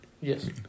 Yes